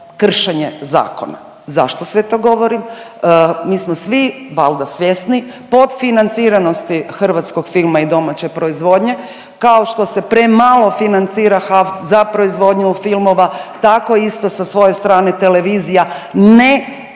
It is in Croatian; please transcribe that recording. kršenje zakona. Zašto sve to govorim? Mi smo svi valda svjesni potfinanciranosti hrvatskog filma i domaće proizvodnja, kao što se premalo financira HAVC za proizvodnju filmova tako isto sa svoje strane televizija ne ispunjava